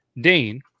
Dane